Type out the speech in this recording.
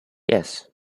yes